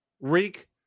reek